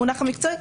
המונח המקצועי,